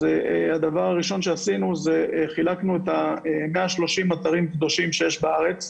אז הדבר הראשון שעשינו זה חילקנו את המאה שלושים אתרים קדושים שיש בארץ,